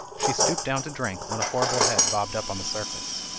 she stooped down to drink, when a horrible head bobbed up on the surface.